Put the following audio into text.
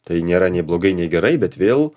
tai nėra nei blogai nei gerai bet vėl